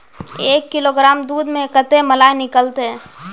एक किलोग्राम दूध में कते मलाई निकलते?